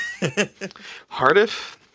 Hardiff